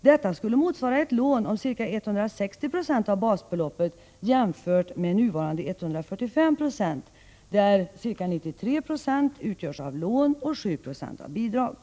Detta skulle motsvara ett lån om ca 160 96 av basbeloppet jämfört med nuvarande 145 96, där ca 93 96 utgörs av lån och 7 Jo av bidrag.